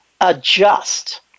adjust